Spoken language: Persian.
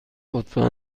لطفا